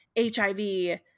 hiv